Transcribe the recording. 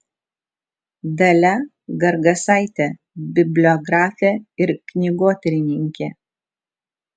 dalia gargasaitė bibliografė ir knygotyrininkė